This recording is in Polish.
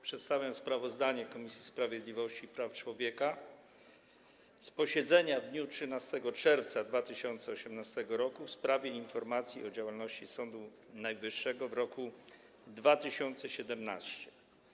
Przedstawiam sprawozdanie Komisji Sprawiedliwości i Praw Człowieka z posiedzenia w dniu 13 czerwca 2018 r. w sprawie informacji o działalności Sądu Najwyższego w roku 2017.